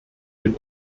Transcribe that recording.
den